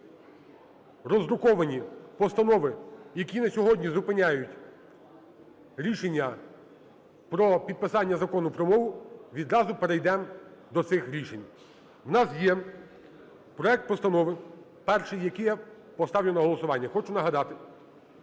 роздруковані постанови, які на сьогодні зупиняють рішення про підписання Закону про мову, відразу перейдемо до цих рішень. В нас є проект постанови перший, який я поставлю на голосування. Хочу нагадати,